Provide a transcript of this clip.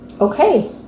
okay